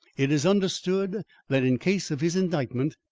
it is understood that in case of his indictment,